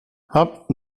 habt